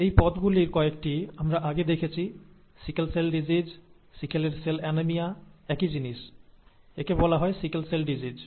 এই পদগুলির কয়েকটি আমরা আগে দেখেছি সিকেল সেল ডিজিজ সিকেলের সেল অ্যানিমিয়া একই জিনিস একে বলা হয় সিকেল সেল ডিজিজ